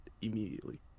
immediately